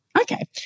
Okay